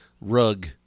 rug